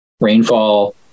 rainfall